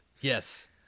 Yes